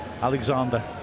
Alexander